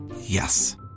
Yes